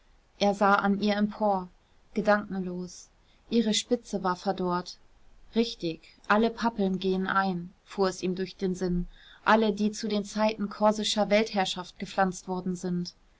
er sah an ihr empor gedankenlos ihre spitze war verdorrt richtig alle pappeln gehen ein fuhr es ihm durch den sinn alle die zu den zeiten korsischer weltherrschaft gepflanzt worden sind